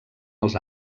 els